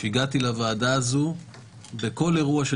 שהגעתי לוועדה הזאת בכל אירוע של